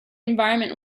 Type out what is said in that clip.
environment